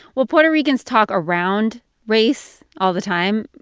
well, puerto ricans talk around race all the time.